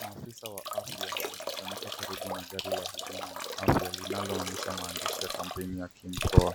Maafisa wa afya wamekusayanika karibu na gari la huduma ya afya linaloonyesha maandishi ya kampeni ya kimkoa.